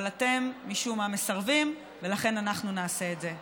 אבל אתם משום מה מסרבים, ולכן אנחנו נעשה את זה.